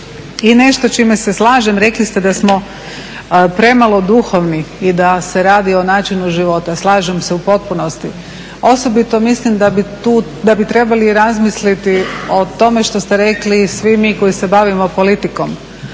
I nešto s čime se slažem rekli ste da smo premalo duhovni i da se radi o načinu života, slažem se u potpunosti. Osobito mislim da bi tu, da bi trebali i razmisliti o tome što ste rekli i svi mi koji se bavimo politikom.